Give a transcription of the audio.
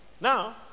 Now